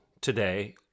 today